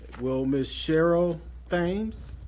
will ms. cheryl thames,